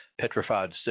Petrified